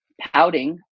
pouting